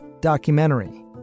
documentary